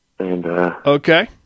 okay